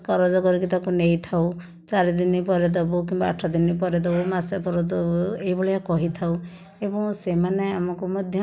କରଜ କରିକି ତାକୁ ନେଇଥାଉ ଚାରି ଦିନ ପରେ ଦେବୁ କିମ୍ବା ଆଠ ଦିନ ପରେ ଦେବୁ ମାସେ ପରେ ଦେବୁ ଏଇ ଭଳିଆ କହିଥାଉ ଏବଂ ସେମାନେ ଆମକୁ ମଧ୍ୟ